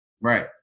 Right